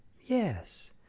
Yes